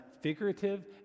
figurative